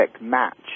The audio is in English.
Match